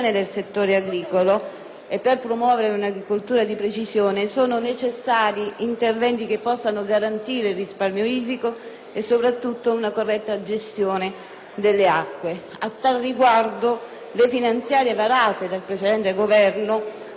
e per promuovere un'agricoltura di precisione sono necessari interventi che possano garantire il risparmio idrico e, soprattutto, una corretta gestione delle acque. A tale riguardo, le finanziarie varate dal precedente Governo avevano dato priorità